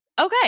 Okay